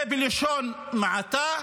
זה בלשון המעטה.